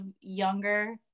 younger